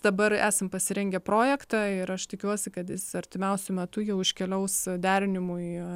dabar esam pasirengę projektą ir aš tikiuosi kad jis artimiausiu metu jau iškeliaus derinimui